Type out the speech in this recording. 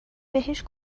بهش